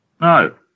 No